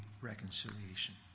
reconciliation